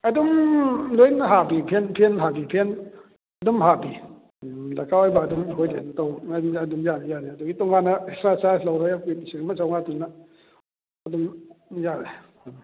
ꯑꯗꯨꯝ ꯂꯣꯏꯅ ꯍꯥꯞꯄꯤ ꯐꯦꯟ ꯐꯦꯟ ꯍꯥꯞꯄꯤ ꯐꯦꯟ ꯑꯗꯨꯝ ꯍꯥꯞꯄꯤ ꯗꯔꯀꯥꯔ ꯑꯣꯏꯕ ꯑꯗꯨꯝ ꯑꯩꯈꯣꯏꯗꯤ ꯇꯧꯕꯅꯤ ꯑꯗꯨꯅ ꯑꯗꯨꯝ ꯌꯥꯅꯤ ꯌꯥꯅꯤ ꯑꯗꯨꯒꯤꯗꯤ ꯇꯣꯉꯥꯟꯅ ꯑꯦꯛꯁꯇ꯭ꯔꯥ ꯆꯥꯔꯖ ꯂꯧꯔꯣꯏ ꯑꯩꯈꯣꯏ ꯂꯤꯁꯤꯡ ꯑꯃ ꯆꯥꯝꯃꯉꯥꯗꯨꯅ ꯑꯗꯨꯝ ꯌꯥꯔꯦ